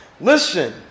Listen